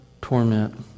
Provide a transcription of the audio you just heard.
torment